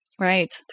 Right